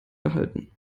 behalten